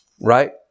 right